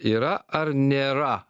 yra ar nėra